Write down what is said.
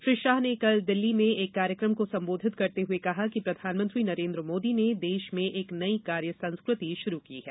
श्री शाह ने कल दिल्ली में एक कार्यक्रम को संबोधित करते हुए कहा कि प्रधानमंत्री नरेंद्र मोदी ने देश में एक नई कार्य संस्कृति शुरू की है